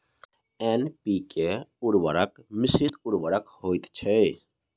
NPK उर्वरक मिश्रित उर्वरक होइत छै